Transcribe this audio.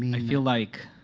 i feel like